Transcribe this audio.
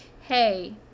hey